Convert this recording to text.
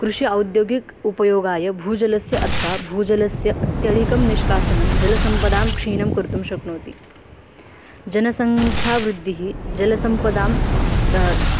कृषि औद्योगिकोपयोगाय भूजलस्य अथवा भूजलस्य अत्यधिकं निष्कासनं जलसम्पदां क्षीनं कर्तुं शक्नोति जनसंख्यावृद्धिः जलसम्पदां